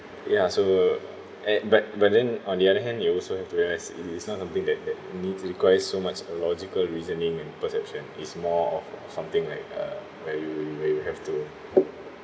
ya so at but but then on the other hand you also have to realise it's it's not something that that needs requires so much a logical reasoning and perception it's more of something like uh where you where you have to